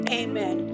amen